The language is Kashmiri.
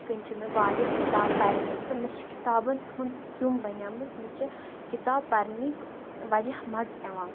کٔنۍ چھُ مےٚ واریاہ کِتاب پَرِمَژٕ تہٕ مےٚ چھِ کِتابَن ہُنٛد سُہ کیٚوم بنیومُت مےٚ چھِ کِتاب پَرنِکۍ واریاہ مَزٕ یِوان